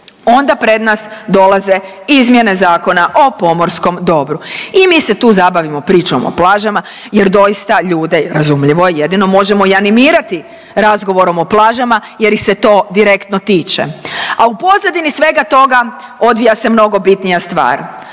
Onda pred nas dolaze izmjene Zakona o pomorskom dobru. I mi se tu zabavimo pričom o plažama jer doista ljude razumljivo je jedino možemo i animirati razgovorom o plažama jer ih se to direktno tiče, a u pozadini svega toga odvija se mnogo bitnija stvar.